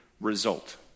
result